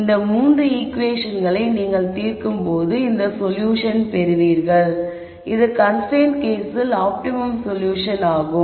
இந்த 3 ஈகுவேஷன்களை நீங்கள் தீர்க்கும்போது இந்த சொல்யூஷன் பெறுவீர்கள் இது கன்ஸ்ரைன்ட்ஸ் கேஸில் ஆப்டிமம் சொல்யூஷன் ஆகும்